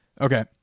Okay